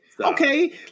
okay